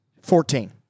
Fourteen